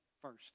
first